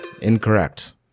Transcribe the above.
Incorrect